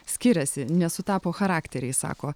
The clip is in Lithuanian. skiriasi nesutapo charakteriai sako